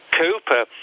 Cooper